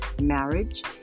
marriage